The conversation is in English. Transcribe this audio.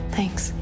Thanks